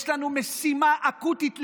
יש לנו משימה אקוטית,